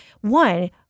one